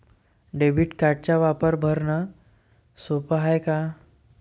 Debit कार्डचा वापर भरनं सोप हाय का?